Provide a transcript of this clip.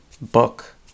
book